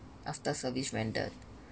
after service rendered